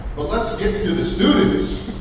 but lets get to the students,